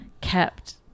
kept